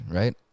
right